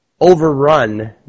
overrun